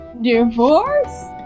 Divorce